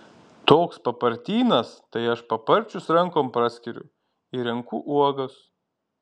toks papartynas tai aš paparčius rankom praskiriu ir renku uogas